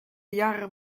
jaren